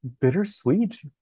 bittersweet